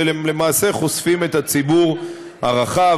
ולמעשה חושפים את הציבור הרחב,